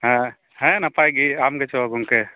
ᱦᱮᱸ ᱦᱮᱸ ᱱᱟᱯᱟᱭ ᱜᱮ ᱟᱢ ᱜᱮᱪᱚ ᱜᱚᱝᱠᱮ